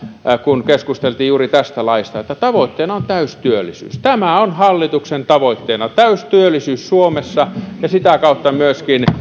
kun keskusteltiin juuri tästä laista että tavoitteena on täystyöllisyys tämä on hallituksen tavoitteena täystyöllisyys suomessa ja sitä kautta myöskin